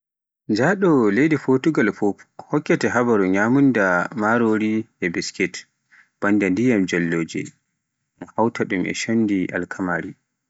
Njaɗo Potugal fuf hokkete habaaru nyamunda marori e biskit bannda ndiyam jolloje, un hawta ɗum e shondi alkamari